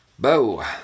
Bo